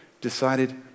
decided